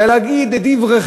אלא כדי להגיד את דבריכם,